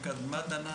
מקדמת דנא,